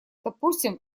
допустим